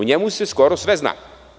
O njemu se skoro sve zna.